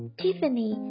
Tiffany